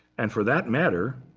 and for that matter,